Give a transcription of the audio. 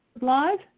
Live